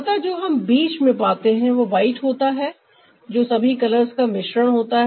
अतः जो हम बीच में पाते हैं वह वाइट होता है जो सभी कलर्स का मिश्रण होता है